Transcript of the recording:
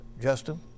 Justin